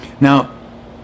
Now